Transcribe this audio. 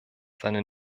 seine